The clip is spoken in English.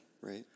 Right